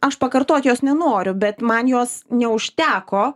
aš pakartot jos nenoriu bet man jos neužteko